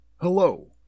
Hello